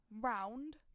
Round